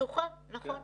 היא פתוחה, נכון.